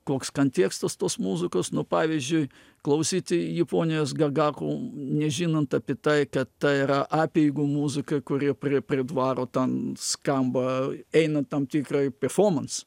koks kantekstas tos muzikos nu pavyzdžiui klausyti japonijos gagaku nežinant apie tai kad tai yra apeigų muzika kuri pri prie dvaro ten skamba eina tam tikrai performance